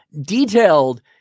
detailed